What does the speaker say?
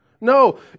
No